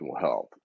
health